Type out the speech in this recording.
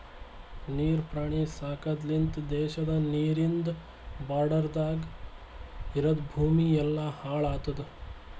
ನೀರ್ ಪ್ರಾಣಿ ಸಾಕದ್ ಲಿಂತ್ ದೇಶದ ನೀರಿಂದ್ ಬಾರ್ಡರದಾಗ್ ಇರದ್ ಭೂಮಿ ಎಲ್ಲಾ ಹಾಳ್ ಆತುದ್